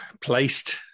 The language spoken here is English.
placed